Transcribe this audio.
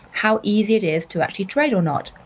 how easy it is to actually trade or not.